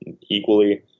equally